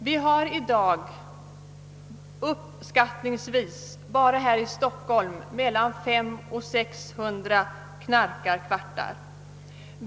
Vi har i dag uppskattningsvis bara här i Stockholm mellan 500 och 600 knarkarkvartar.